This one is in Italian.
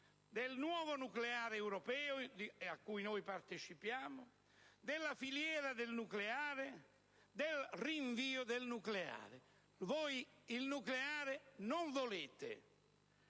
del nuovo nucleare europeo, al quale noi partecipiamo, della filiera del nucleare, del rinvio del nucleare. Voi il nucleare non lo volete